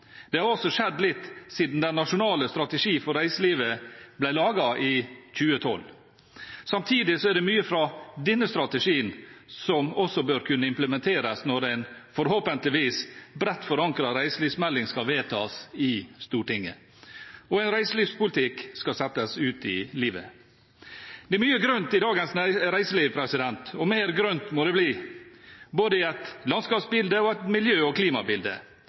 Det har også skjedd litt siden den nasjonale strategien for reiselivet ble laget i 2012. Samtidig er det mye fra denne strategien som også bør kunne implementeres når en forhåpentligvis bredt forankret reiselivsmelding skal vedtas i Stortinget, og en reiselivspolitikk skal settes ut i livet. Det er mye grønt i dagens reiseliv, og mer grønt må det bli, både i et landskapsbilde og i et miljø- og klimabilde.